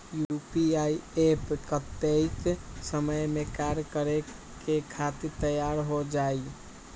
UPI app कतेइक समय मे कार्य करे खातीर तैयार हो जाई?